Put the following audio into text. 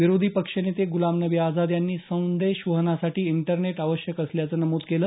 विरोधी पक्षनेते गुलाम नबी आझाद यांनी संदेश वहनासाठी इंटरनेट आवश्यक असल्याचं नमूद केलं